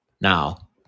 Now